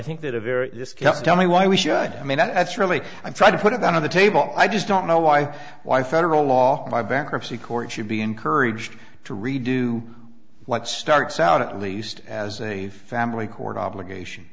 case tell me why we should i mean that's really i try to put it on the table i just don't know why why federal law by bankruptcy court should be encouraged to redo what starts out at least as a family court obligation